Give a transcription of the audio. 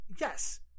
yes